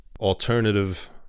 alternative